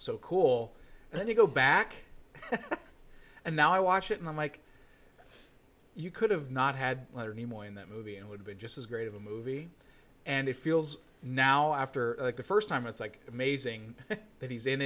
so cool and then you go back and now i watch it and i'm like you could have not had any more in that movie and would be just as great of a movie and it feels now after the first time it's like amazing that he's in